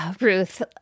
Ruth